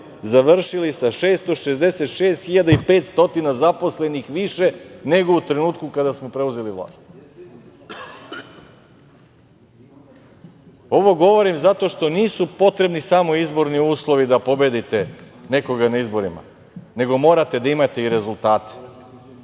završili sa 666.500 zaposlenih više nego u trenutku kada smo preuzeli vlast. Ovo govorim zato što nisu potrebni samo izborni uslovi da pobedite nekoga na izborima, nego morate da imate i rezultate,